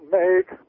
make